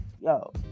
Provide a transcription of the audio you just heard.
yo